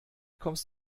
kommst